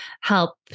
help